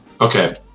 Okay